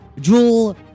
Jewel